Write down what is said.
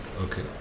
Okay